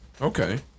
Okay